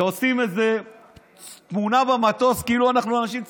ועושים איזה תמונה במטוס כאילו אנחנו אנשים צנועים,